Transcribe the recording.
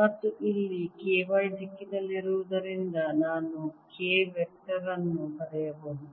ಮತ್ತು ಇಲ್ಲಿ K y ದಿಕ್ಕಿನಲ್ಲಿರುವುದರಿಂದ ನಾನು K ವೆಕ್ಟರ್ ಅನ್ನು ಬರೆಯಬಹುದು